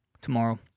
tomorrow